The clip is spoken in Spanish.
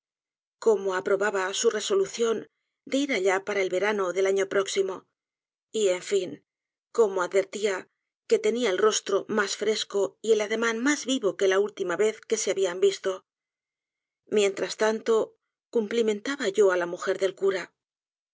cómo aprobaba su resolución de ir allá para el verano del año próximo y en fin cómo advertía que tenia el rostro mas fresco y el ademan mas vivo que la última vez que se habian visto mientras tanto cumplimentaba yo á la mujer del cura